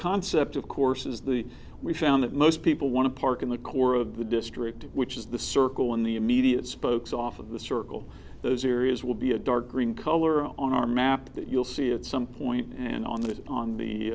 concept of course is the we found that most people want to park in the core of the district which is the circle in the immediate spokes off of the circle those areas will be a dark green color on our map that you'll see at some point and on that on the